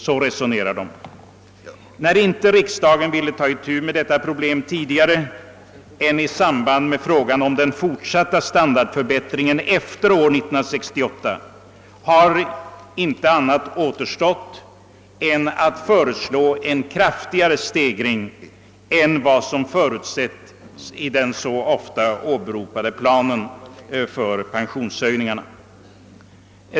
Eftersom riksdagen inte velat ta itu med detta problem tidigare än i samband med frågan om den fortsatta standardförbättringen efter år 1968, har ingenting annat återstått för oss än att föreslå en kraftigare stegring än vad som förutsatts i den så ofta åberopade planen för pensionshöjningarna.